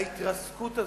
ההתרסקות הזאת,